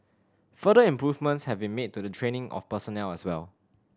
further improvements have been made to the training of personnel as well